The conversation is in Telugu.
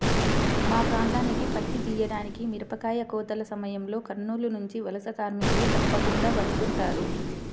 మా ప్రాంతానికి పత్తి తీయడానికి, మిరపకాయ కోతల సమయంలో కర్నూలు నుంచి వలస కార్మికులు తప్పకుండా వస్తుంటారు